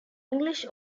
english